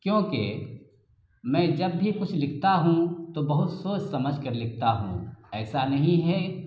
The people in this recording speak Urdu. کیونکہ میں جب بھی کچھ لکھتا ہوں تو بہت سوچ سمجھ کر لکھتا ہوں ایسا نہیں ہے